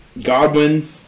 Godwin